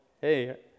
hey